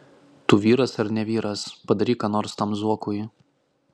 tu vyras ar ne vyras padaryk ką nors tam zuokui